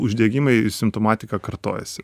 uždegimai simptomatika kartojasi